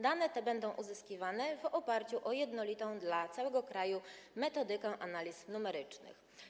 Dane te będą uzyskiwane w oparciu o jednolitą dla całego kraju metodykę analiz numerycznych.